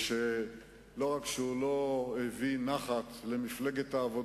מה יוצא מן הכלל בכך שמתקיים דיון ענייני?